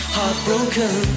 Heartbroken